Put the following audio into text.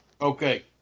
Okay